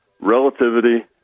relativity